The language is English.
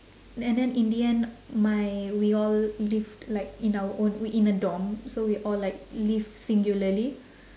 and then in the end my we all lived like in our own in a dorm so we all like live singularly